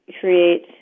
create